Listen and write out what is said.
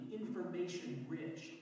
information-rich